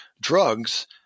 drugs